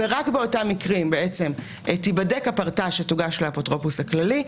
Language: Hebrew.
כך שרק באותם המקרים תיבדק הפרטה שתוגש לאפוטרופוס הכללי,